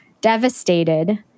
devastated